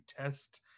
test